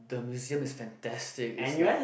the museum is fantastic is like